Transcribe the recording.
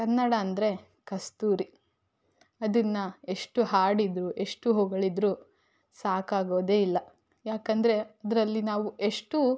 ಕನ್ನಡ ಅಂದರೆ ಕಸ್ತೂರಿ ಅದನ್ನು ಎಷ್ಟು ಹಾಡಿದರೂ ಎಷ್ಟು ಹೊಗಳಿದರೂ ಸಾಕಾಗೋದೇ ಇಲ್ಲ ಯಾಕಂದರೆ ಅದರಲ್ಲಿ ನಾವು ಎಷ್ಟು